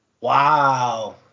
Wow